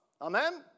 Amen